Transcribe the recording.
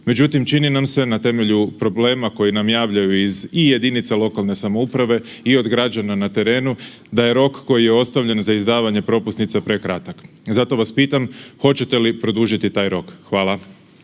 međutim čini nam se na temelju problema koje nam javljaju iz i jedinica lokalne samouprave i od građana na terenu da je rok koji je ostavljen za izdavanje propusnica prekratak. Zato vas pitam hoćete li produžiti taj rok? Hvala.